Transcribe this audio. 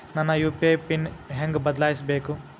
ನನ್ನ UPI pin ಹೆಂಗ್ ಬದ್ಲಾಯಿಸ್ಬೇಕು?